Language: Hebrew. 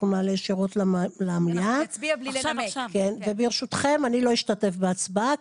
נעלה ישירות למליאה וברשותכם אני לא אשתתף בהצבעה.